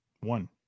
One